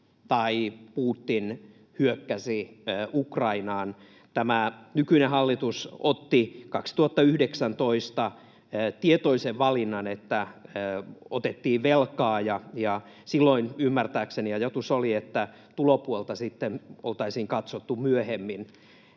tai Putin hyökkäsi Ukrainaan. Tämä nykyinen hallitus otti 2019 tietoisen valinnan, että otettiin velkaa, ja silloin ymmärtääkseni ajatus oli, että tulopuolta sitten oltaisiin katsottu myöhemmin.